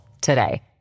today